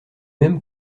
même